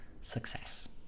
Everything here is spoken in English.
success